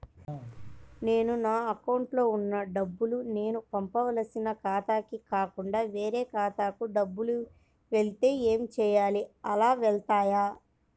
నేను నా అకౌంట్లో వున్న డబ్బులు నేను పంపవలసిన ఖాతాకి కాకుండా వేరే ఖాతాకు డబ్బులు వెళ్తే ఏంచేయాలి? అలా వెళ్తాయా?